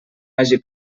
hagi